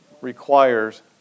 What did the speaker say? requires